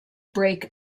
break